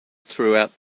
throughout